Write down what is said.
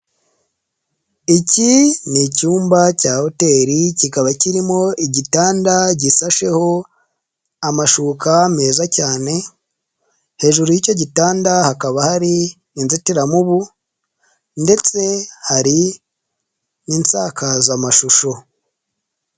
Iki ni icyumba cya hoteri kikaba kirimo igitanda gisasheho amashuka meza cyane, hejuru y'icyo gitanda hakaba hari inzitiramubu ndetse hari n'isakazamashusho.